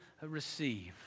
receive